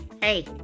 Hey